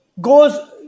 goes